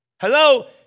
Hello